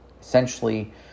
Essentially